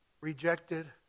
rejected